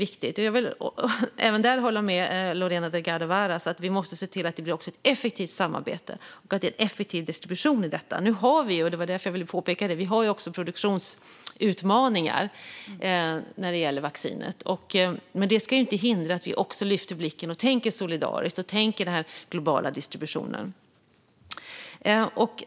Jag vill även där hålla med Lorena Delgado Varas om att vi måste se till att det blir ett effektivt samarbete och en effektiv distribution. Nu har vi också produktionsutmaningar när det gäller vaccinet. Men det ska inte hindra att vi lyfter blicken och tänker solidariskt och på den globala distributionen.